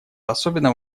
особенно